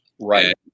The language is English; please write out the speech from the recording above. Right